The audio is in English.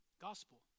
gospel